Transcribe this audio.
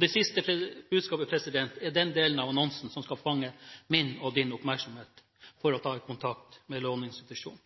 Det siste budskapet er den delen av annonsen som skal fange min og din oppmerksomhet for å ta kontakt med